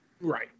Right